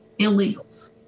illegals